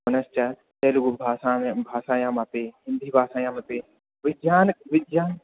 पुनश्च तेलुगुभाषायां भाषायामपि अपि हिन्दी भाषायामपि विज्ञान् विज्ञान